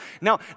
Now